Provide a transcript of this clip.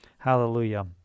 Hallelujah